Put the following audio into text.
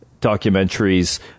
documentaries